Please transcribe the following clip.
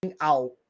out